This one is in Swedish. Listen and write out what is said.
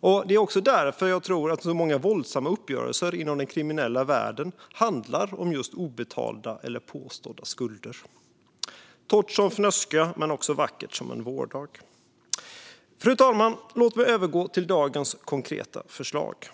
Jag tror också att det är därför många uppgörelser inom den kriminella världen handlar om just obetalda eller påstådda skulder. Det är torrt som fnöske, men också vackert som en vårdag. Fru talman! Låt mig övergå till de konkreta förslag som vi debatterar i dag.